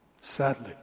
Sadly